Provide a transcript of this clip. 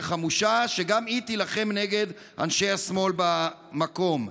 חמושה שגם היא תילחם נגד אנשי השמאל במקום.